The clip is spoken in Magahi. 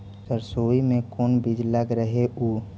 सरसोई मे कोन बीज लग रहेउ?